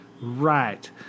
right